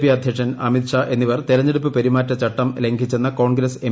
P അധ്യക്ഷൻ അമിത്ഷാ എന്നിവർ തെരഞ്ഞെടുപ്പ് പെരുമാറ്റച്ചട്ടം ലംഘിച്ചെന്ന കോൺഗ്രസ് എം